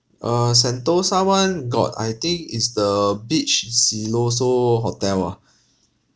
err sentosa one got I think it's the beach siloso hotel ah